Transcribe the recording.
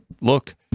look